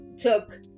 took